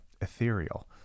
ethereal